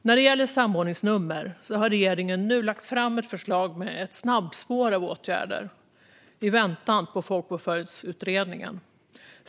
När det gäller samordningsnummer har regeringen nu lagt fram ett förslag om ett snabbspår för åtgärder i väntan på Folkbokföringsutredningen.